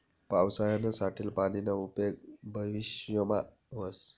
पावसायानं साठेल पानीना उपेग भविष्यमा व्हस